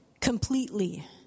completely